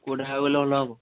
କେଉଁ ଢାବାକୁ ଗଲେ ଭଲ ହେବ